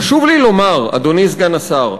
חשוב לי לומר, אדוני סגן השר: